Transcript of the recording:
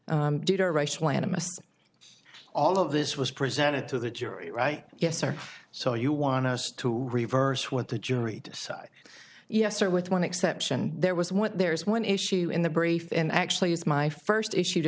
animus all of this was presented to the jury right yes sir so you want us to reverse what the jury decides yes or with one exception there was what there is one issue in the brief and i actually used my first issue to